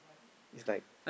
it's like